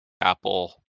Apple